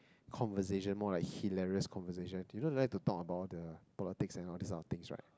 conversation more like hilarious conversation do you know he like to talk about the politic and all this of things right